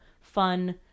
fun